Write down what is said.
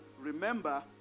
remember